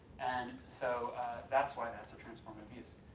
and so that's why that's a transformative use.